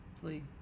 Please